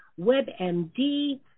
WebMD